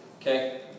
Okay